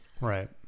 right